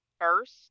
first